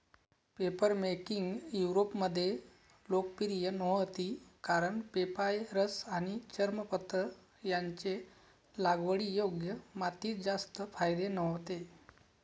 papermaking युरोपमध्ये लोकप्रिय नव्हती कारण पेपायरस आणि चर्मपत्र यांचे लागवडीयोग्य मातीत जास्त फायदे नव्हते